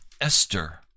Esther